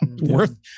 Worth